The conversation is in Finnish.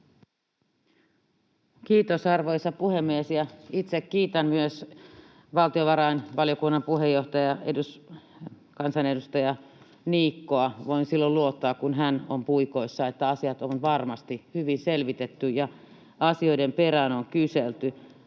Kiitos, arvoisa puhemies! Ja itse kiitän myös valtiovarainvaliokunnan puheenjohtaja, kansanedustaja Niikkoa. Voin silloin luottaa, kun hän on puikoissa, että asiat ovat varmasti hyvin selvitettyjä ja asioiden perään on kyselty.